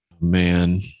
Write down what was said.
Man